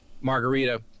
margarita